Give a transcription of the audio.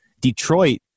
Detroit